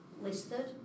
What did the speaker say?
listed